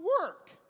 work